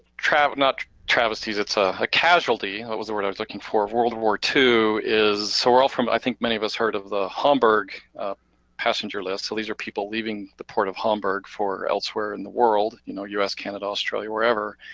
travesties, not travesties, it's a casualty, that was the word i was looking for of world war ii, so we're all from i think many of us heard of the homberg passenger list, so these are people leaving the port of homberg for elsewhere in the world, you know, us, canada, australia, wherever.